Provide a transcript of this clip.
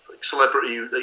celebrity